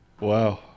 Wow